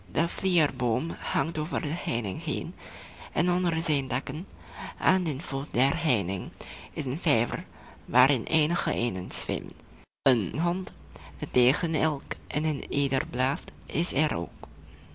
vlierboom hangt over de heining heen en onder zijn takken aan den voet der heining is een vijver waarin eenige eenden zwemmen een hond die tegen elk en een ieder blaft is er ook